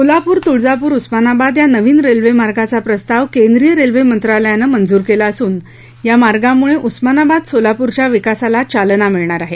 सोलापूर तुळजापूर उस्मानाबाद या नवीन रेल्वे मार्गाचा प्रस्ताव केंद्रीय रेल्वे मंत्रालयानं मंजूर केला असून या मार्गामुळे उस्मानाबाद सोलापूरच्या विकासाला चालना मिळणार आहे